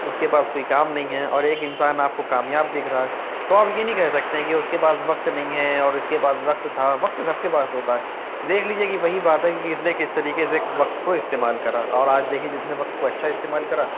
اس کے پاس کوئی کام نہیں ہے اور ایک انسان آپ کو کامیاب دکھ رہا ہے تو آپ یہ نہیں کہہ سکتے ہیں کہ اس کے پاس وقت نہیں ہے اور اس کے پاس وقت تھا وقت سب کے پاس ہوتا ہے دیکھ لیجیے کہ وہی بات ہے کہ کس نے کس طریقے سے وقت کو استعمال کرا اور آج دیکھیے جس نے وقت کو اچھا استعمال کرا